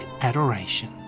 adoration